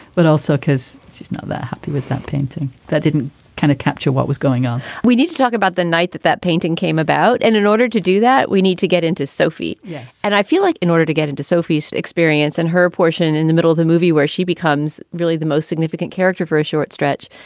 but also because she's not that happy with that painting. that didn't kind of capture what was going on we need to talk about the night that that painting came about. and in order to do that, we need to get into sophie. yes. and i feel like in order to get into sophie's experience and her portion in the middle of the movie, where she becomes really the most significant character for a short stretch,